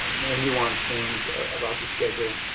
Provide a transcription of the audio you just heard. more nuanced things about the schedule.